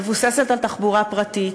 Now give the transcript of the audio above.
מבוססת על תחבורה פרטית,